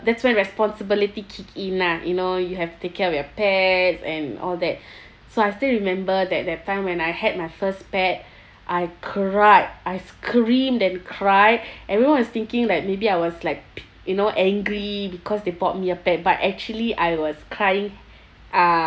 that's when responsibility kick in ah you know you have take care of your pets and all that so I still remember that that time when I had my first pet I cried I screamed then cry everyone was thinking like maybe I was like you know angry because they bought me a pet but actually I was crying uh